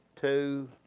two